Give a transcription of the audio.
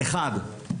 אחד,